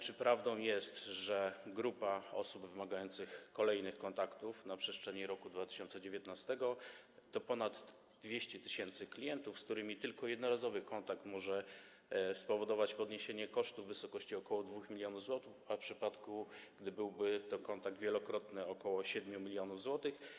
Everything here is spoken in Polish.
Czy prawdą jest, że grupa osób wymagających kolejnych kontaktów na przestrzeni roku 2019 to ponad 200 tys. klientów, z którymi tylko jednorazowy kontakt może spowodować podniesienie kosztów o ok. 2 mln zł, a w przypadku gdy byłby to kontakt wielokrotny - ok. 7 mln zł?